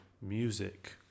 music